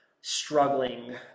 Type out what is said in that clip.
struggling